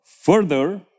Further